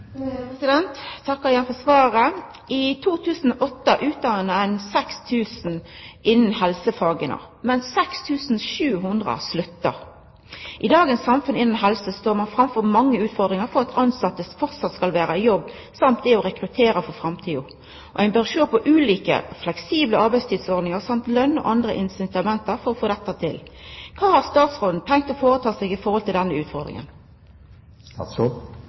takkar igjen for svaret. I 2008 utdanna ein 6 000 innan helsefaga, men 6 700 slutta. I dagens samfunn innan helse står ein framfor mange utfordringar for at tilsette framleis skal vera i jobb og for å rekruttera for framtida, og ein bør sjå på ulike fleksible arbeidstidsordningar, løn og andre incitament for å få dette til. Kva har statsråden tenkt å føreta seg i forhold til denne utfordringa?